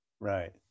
Right